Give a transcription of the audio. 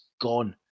gone